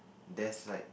there's like